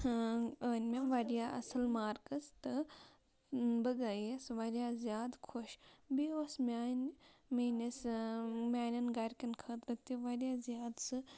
أنۍ مےٚ واریاہ اَصٕل مارکٕس تہٕ بہٕ گٔیَس واریاہ زیادٕ خۄش بیٚیہِ اوس میانہِ میٛٲنِس میانٮ۪ن گَرِکٮ۪ن خٲطرٕ تہِ واریاہ زیادٕ سُہ